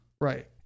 Right